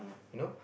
you know